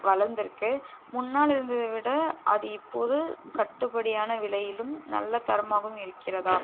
வளரந்துருக்கு முன்னால் இருந்ததை விட அது இப்போது கட்டுப்படியான விலையிலும் நல்ல தரமாகவும் இருக்கிறதா